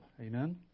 Amen